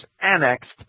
annexed